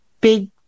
big